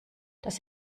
dass